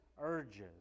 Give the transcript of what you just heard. urges